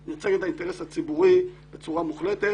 אני מייצג את האינטרס הציבורי בצורה מוחלטת.